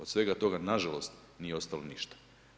Od svega toga, nažalost nije ostalo ništa.